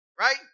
Right